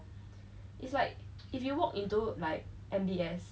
it's like if you walk into like M_B_S